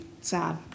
sad